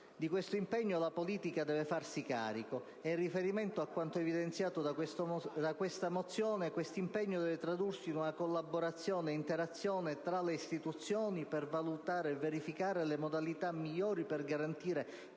Di questo impegno la politica deve farsi carico e, in riferimento a quanto evidenziato dalla mozione, tale impegno deve tradursi in collaborazione e interazione tra le istituzioni per valutare e verificare le modalità migliori per garantire